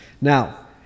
Now